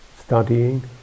studying